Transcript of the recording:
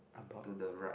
to the right